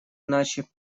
иначе